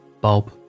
Bob